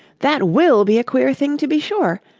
that will be a queer thing, to be sure!